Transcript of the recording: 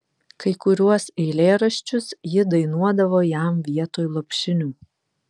kai kuriuos eilėraščius ji dainuodavo jam vietoj lopšinių